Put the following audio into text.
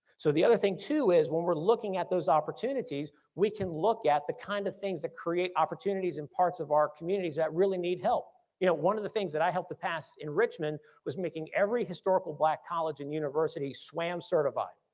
so the other thing too is when we're looking at those opportunities we can look at the kind of things that create opportunities and parts of our communities that really need help. you know one of the things that i hope to pass in richmond was making every historical black college and university swam certified.